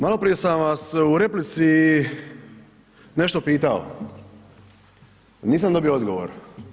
Maloprije sam vas u replici nešto pitao, nisam dobio odgovor.